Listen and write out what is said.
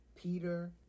Peter